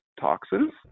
toxins